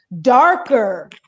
darker